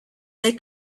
they